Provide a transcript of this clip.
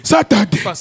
Saturday